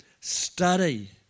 study